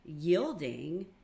yielding